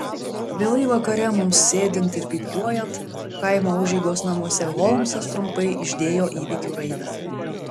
vėlai vakare mums sėdint ir pypkiuojant kaimo užeigos namuose holmsas trumpai išdėjo įvykių raidą